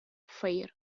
fair